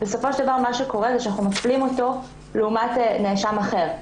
בסופו של דבר, אנחנו מפלים אותו לעומת נאשם אחר.